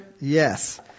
yes